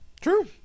True